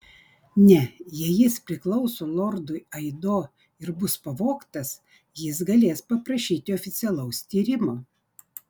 ne jei jis priklauso lordui aido ir bus pavogtas jis galės paprašyti oficialaus tyrimo